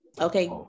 Okay